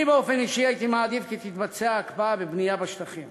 אני באופן אישי הייתי מעדיף שתתבצע הקפאה בבנייה בשטחים